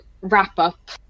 wrap-up